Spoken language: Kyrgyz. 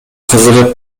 кызыгып